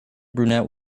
brunette